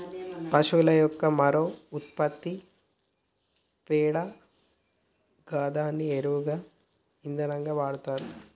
పశువుల యొక్క మరొక ఉత్పత్తి పేడ గిదాన్ని ఎరువుగా ఇంధనంగా వాడతరు